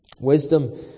Wisdom